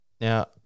Now